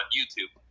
YouTube